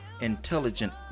intelligent